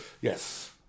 Yes